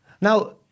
now